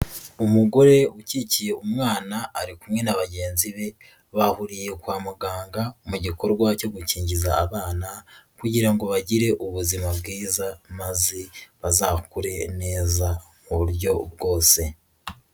Umugore ukikiye umwana, ari kumwe na bagenzi be, bahuriye kwa muganga mu gikorwa cyo gukingiza abana kugira ngo bagire ubuzima bwiza maze bazakure neza mu buryo bwose.